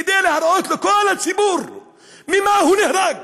כדי להראות לכל הציבור ממה הוא נהרג,